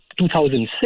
2006